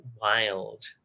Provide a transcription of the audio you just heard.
wild